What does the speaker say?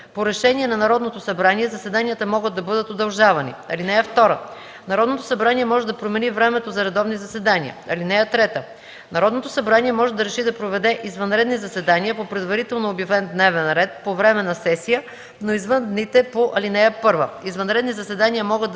По решение на Народното събрание заседанията могат да бъдат удължавани. (2) Народното събрание може да промени времето за редовни заседания. (3) Народното събрание може да реши да проведе извънредни заседания по предварително обявен дневен ред по време на сесия, но извън дните по ал. 1. Извънредни заседания могат да